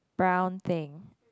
brown thing